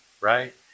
right